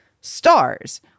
stars